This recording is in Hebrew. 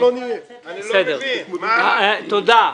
תודה.